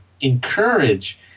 Encourage